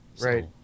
Right